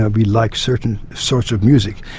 ah we like certain sorts of music.